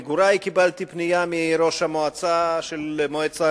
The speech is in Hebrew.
1. מדוע לא יותקנו לאלתר משדרים אשר יבטיחו איכות קליטה הולמת